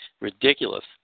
Ridiculous